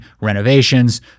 renovations